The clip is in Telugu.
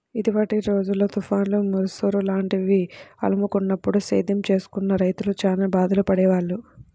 ఇదివరకటి రోజుల్లో తుఫాన్లు, ముసురు లాంటివి అలుముకున్నప్పుడు సేద్యం చేస్తున్న రైతులు చానా బాధలు పడేవాళ్ళు